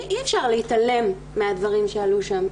אי-אפשר להתעלם מהדברים שעלו שם.